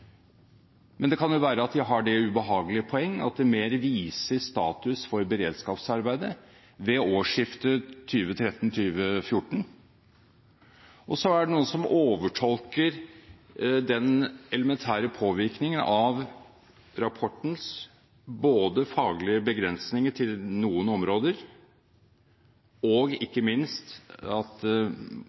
men det kan vel være at de har det ubehagelige poeng at det mer viser status for beredskapsarbeidet ved årsskiftet 2013–2014. Og så er det noen som overtolker den elementære påvirkningen av rapportens faglige begrensninger til noen områder og – ikke minst – at